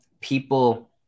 people